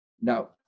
Now